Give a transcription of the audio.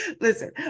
Listen